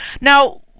now